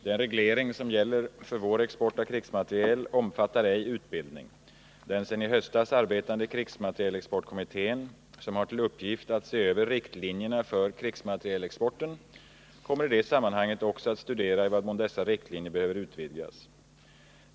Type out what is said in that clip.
Den reglering som gäller för vår export av krigsmateriel omfattar ej utbildning. Den sedan i höstas arbetande krigsmaterielexportkommittén, som har till uppgift att se över riktlinjerna för krigsmaterielexporten, kommer i det sammanhanget också att studera i vad mån dessa riktlinjer behöver utvidgas.